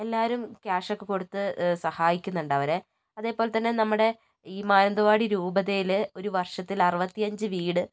എല്ലാവരും cash okay കൊടുത്ത് സഹായിക്കുന്നുണ്ടവരേ അതേപോലെ തന്നേ നമ്മുടെ ഈ മാനന്തവാടി രൂപതയിൽ ഒരു വർഷത്തിൽ അറുപത്തിയഞ്ച് വീട്